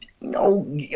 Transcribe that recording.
No